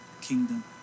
kingdom